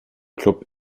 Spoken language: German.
club